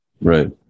Right